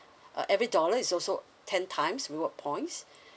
uh every dollar is also ten times reward points